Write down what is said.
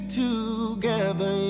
together